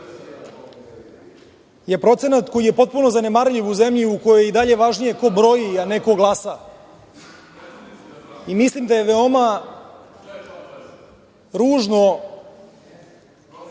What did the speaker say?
je procenat koji je potpuno zanemarljiv u zemlji u kojoj je i dalje važnije ko broji, a ne ko glasa. Mislim da je veoma ružno